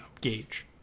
gauge